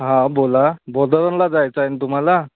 हा बोला बोर धरणला जायचं आहे न तुम्हाला